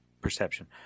Perception